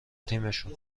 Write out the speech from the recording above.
تیمشون